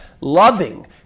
loving